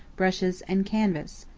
brushes, and canvas.